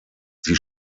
sie